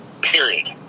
Period